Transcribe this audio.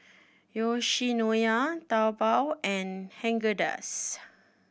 Yoshinoya Taobao and Haagen Dazs